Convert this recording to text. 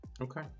Okay